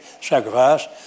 sacrifice